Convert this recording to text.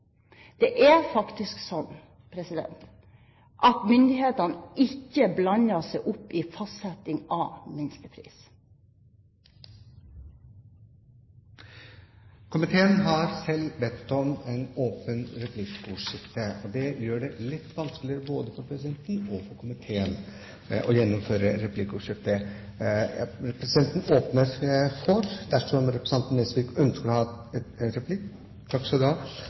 Det er faktisk sånn at myndighetene ikke blander seg opp i fastsetting av minstepris. Komiteen har selv bedt om et åpent replikkordskifte. Det gjør det litt vanskeligere både for presidenten og for komiteen å gjennomføre replikkordskiftet. Presidenten åpner for det dersom representanten Nesvik ønsker å ta en replikk. – Da